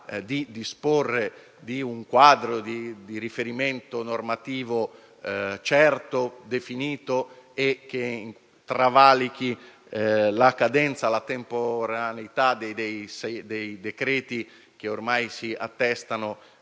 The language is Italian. di disporre di un quadro di riferimento normativo certo, definito e che travalichi la temporaneità dei decreti che ormai